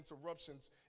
interruptions